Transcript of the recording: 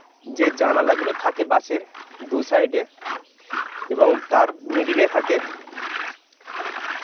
যে জানালাগুলো থাকে বাসের দু সাইডে এবং তার মিডিলে থাকে